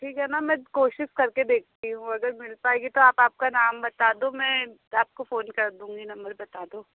ठीक है मैम मैं कोशिश करके देखती हूँ अगर मिल पाएगी तो आप आपका नाम बता दो मैं आपको फ़ोन कर दूँगी नम्बर बता दो